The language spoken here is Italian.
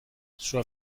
sua